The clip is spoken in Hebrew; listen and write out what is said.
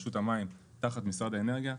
רשות המים תחת משרד האנרגיה,